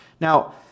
Now